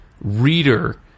reader